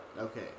Okay